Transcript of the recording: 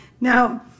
Now